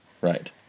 Right